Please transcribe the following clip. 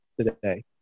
today